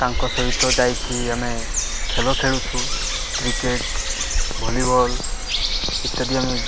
ତାଙ୍କ ସହିତ ଯାଇକି ଆମେ ଖେଳ ଖେଳୁଛୁ କ୍ରିକେଟ୍ ଭଲି ବଲ୍ ଇତ୍ୟାଦି ଆମେ